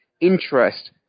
interest